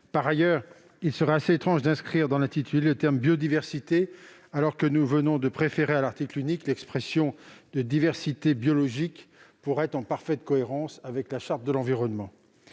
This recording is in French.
Par ailleurs, il serait étrange d'inscrire dans l'intitulé le terme « biodiversité », alors que nous venons de préférer inscrire à l'article unique la mention « diversité biologique » pour être en parfaite cohérence avec la Charte de l'environnement.